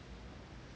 mmhmm